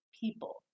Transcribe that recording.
people